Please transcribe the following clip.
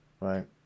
right